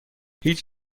هیچ